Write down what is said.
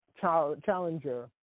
challenger